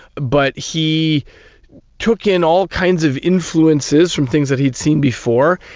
but he took in all kinds of influences from things that he had seen before,